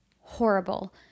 horrible